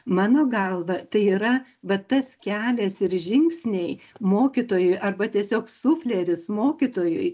mano galva tai yra vat tas kelias ir žingsniai mokytojui arba tiesiog sufleris mokytojui